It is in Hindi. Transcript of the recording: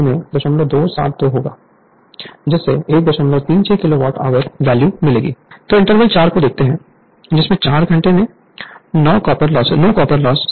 Refer Slide Time 3428 अब पूरे दिन के दौरान आयरन लॉस के कारण एनर्जी लॉस को देखते हैं आयरन लॉस 0153 को 24 घंटे से गुड़ा करेंगे जिससे 3672 किलोवाट आवर आउटपुट मिलेगा